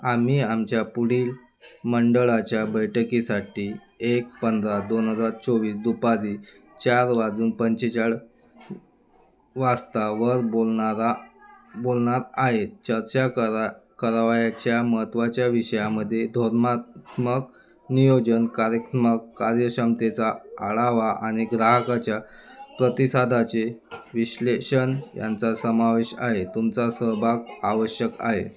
आम्ही आमच्या पुढील मंडळाच्या बैठकीसाठी एक पंधरा दोन हजार चोवीस दुपारी चार वाजून पंचेचाळीस वाजता वर बोलणारा बोलावणार आहे चर्चा करा करावयाच्या महत्त्वाच्या विषयांमध्ये धोरणात्मक नियोजन कार्यात्मक कार्यक्षमतेचा आढावा आणि ग्राहकांच्या प्रतिसादाचे विश्लेषण यांचा समावेश आहे तुमचा सहभाग आवश्यक आहे